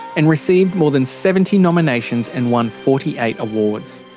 and received more than seventy nominations and won forty eight awards.